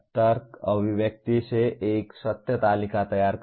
तर्क अभिव्यक्ति से एक सत्य तालिका तैयार करना